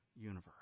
universe